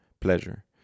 pleasure